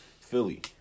Philly